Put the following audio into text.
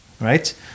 right